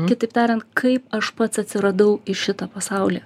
kitaip tariant kaip aš pats atsiradau į šitą pasaulį